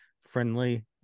friendly